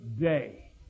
day